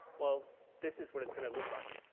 well this is what it's going to look like.